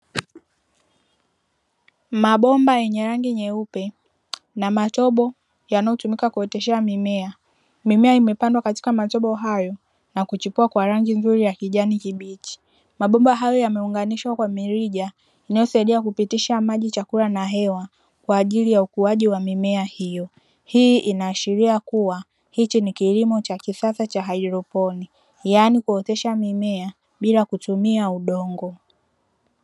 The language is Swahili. Mabomba yenye rangi nyeupe na matobo yanayo tumika kuoteshea mimea. Mimea imepandwa katika matobo hayo na kuchipua kwa rangi nzuri ya kijani kibichi. Mabomba hayo yameunganishwa kwa mirija inayosaidia kupitisha maji, chakula na hewa kwa ajili ya ukuaji wa mimea hiyo. Hii inaashiria kuwa hichi ni kilimo cha kisasa cha hairoponi, yani kuotesha mimea bila kutumia udongo.